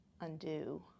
undo